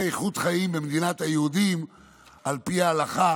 איכות חיים במדינת היהודים על פי ההלכה